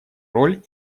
роль